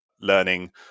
learning